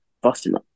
Boston